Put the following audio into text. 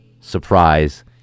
surprise